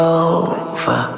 over